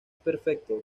perfecto